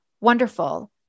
wonderful